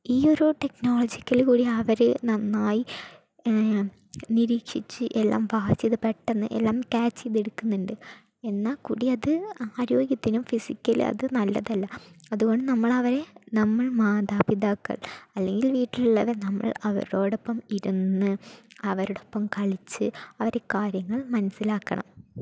ഈ ഒരു ടെക്നോളോജിക്കലി അവരു നന്നായി നിരീക്ഷിച്ചു എല്ലാം പെട്ടെന്ന് ക്യാച്ച് ചെയ്ത് എടുക്കുന്നുണ്ട് എന്നാൽ കുടി അത് ആരോഗ്യത്തിനും ഫിസിക്കൽ അത് നല്ലത് അല്ല അത്കൊണ്ട് നമ്മൾ അവരെ നമ്മൾ മാതാപിതാക്കൾ അല്ലെങ്കിൽ വീട്ടിലുള്ളവർ നമ്മൾ അവരോടൊപ്പം ഇരുന്നു അവരോടൊപ്പം കളിച്ചു അവരെ കാര്യങ്ങൾ മനസിലാക്കണം